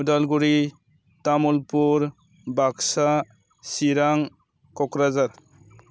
Udalguri Tamulpur Baksa Chirang Kokrajhar